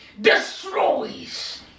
destroys